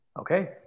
Okay